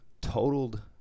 totaled